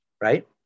right